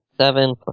seven